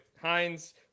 heinz